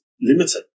limited